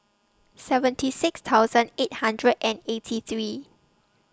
seventy six thousand eight hundred and eighty three